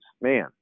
man